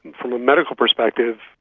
from a medical perspective,